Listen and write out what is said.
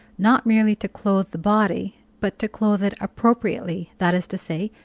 not merely to clothe the body, but to clothe it appropriately, that is to say,